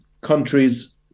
countries